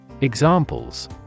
Examples